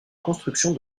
construction